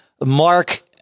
Mark